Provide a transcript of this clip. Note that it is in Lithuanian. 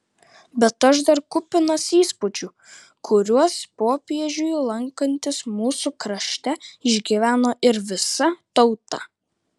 bet aš dar kupinas įspūdžių kuriuos popiežiui lankantis mūsų krašte išgyveno ir visa tauta